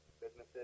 businesses